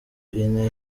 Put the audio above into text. ine